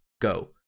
go